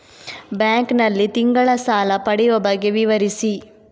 Bank ನಲ್ಲಿ ತಿಂಗಳ ಸಾಲ ಪಡೆಯುವ ಬಗ್ಗೆ ವಿವರಿಸಿ?